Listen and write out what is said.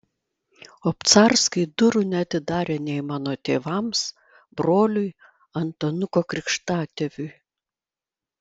obcarskai durų neatidarė nei mano tėvams broliui antanuko krikštatėviui